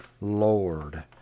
Lord